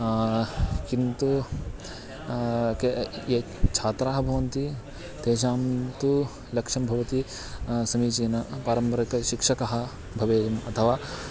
किन्तु ये छात्राः भवन्ति तेषां तु लक्ष्यं भवति समीचीनपारम्परिकशिक्षकः भवेयम् अथवा